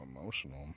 emotional